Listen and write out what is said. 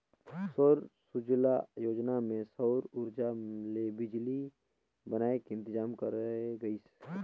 सौर सूजला योजना मे सउर उरजा ले बिजली बनाए के इंतजाम करे गइस